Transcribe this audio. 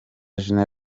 gen